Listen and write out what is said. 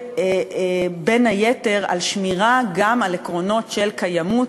ובין היתר על שמירה גם על עקרונות של קיימות,